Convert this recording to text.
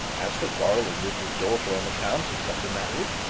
as for quarrelling with his daughter on account of such a marriage,